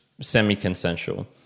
semi-consensual